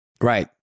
Right